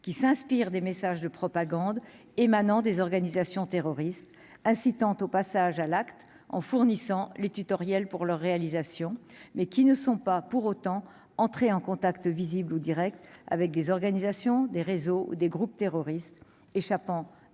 qui s'inspire des messages de propagande émanant des organisations terroristes, assistante au passage à l'acte en fournissant les tutoriels pour leur réalisation mais qui ne sont pas pour autant entrer en contact visible ou Direct avec des organisations des réseaux des groupes terroristes, échappant ainsi